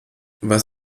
was